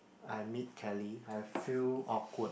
I meet Kelly I'll feel awkward